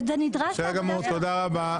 זה נדרש מהעבודה --- תודה רבה.